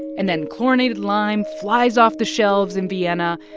and then chlorinated lime flies off the shelves in vienna,